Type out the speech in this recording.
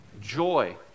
joy